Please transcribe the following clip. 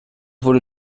wurde